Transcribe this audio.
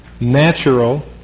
natural